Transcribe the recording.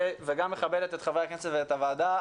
וגם מכבדת את חברי הכנסת ואת הוועדה,